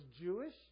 Jewish